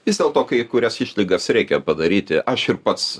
vis dėlto kai kurias išlygas reikia padaryti aš ir pats